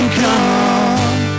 come